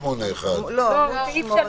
אותו הדבר ב- (2): "המפעיל מקום,